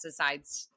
pesticides